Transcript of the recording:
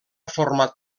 format